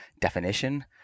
definition